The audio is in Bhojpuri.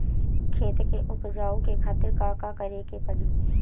खेत के उपजाऊ के खातीर का का करेके परी?